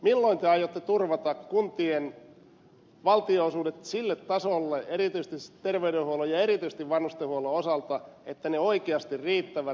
milloin te aiotte turvata kuntien valtionosuudet sille tasolle erityisesti terveydenhuollon ja erityisesti vanhustenhuollon osalta että ne oikeasti riittävät